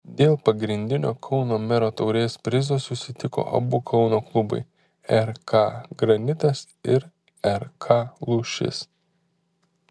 dėl pagrindinio kauno mero taurės prizo susitiko abu kauno klubai rk granitas ir rk lūšis